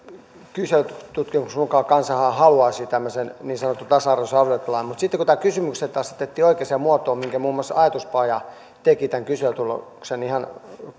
kyselytutkimuksen mukaan kansahan haluaisi tämmöisen niin sanotun tasa arvoisen avioliittolain mutta sitten kun nämä kysymykset asetettiin oikeaan muotoon niin kuin muun muassa ajatuspaja teki tämän kyselytutkimuksen ihan